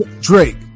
Drake